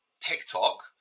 TikTok